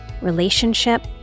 relationship